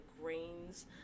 grains